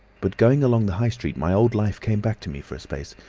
but going along the high street, my old life came back to me for a space,